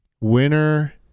winner